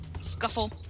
scuffle